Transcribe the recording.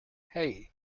hey